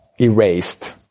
erased